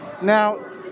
Now